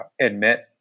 admit